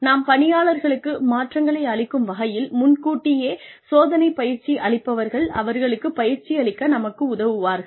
நாம் பணியாளர்களுக்கு மாற்றங்களை அளிக்கும் வகையில் முன்கூட்டியே சோதனை பயிற்சி அளிப்பவர்கள் அவர்களுக்குப் பயிற்சியளிக்க நமக்கு உதவுவார்கள்